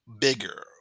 bigger